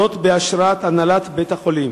בהשראת הנהלת בית-החולים.